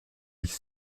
dix